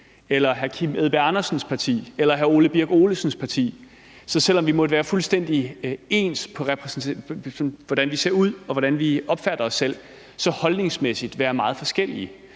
eller hr. Kim Edberg Andersens parti eller hr. Ole Birk Olesens parti. Så selv om vi måtte være fuldstændig ens, i forhold til hvordan vi ser ud, og hvordan vi opfatter os selv, kan vi være holdningsmæssigt meget forskellige.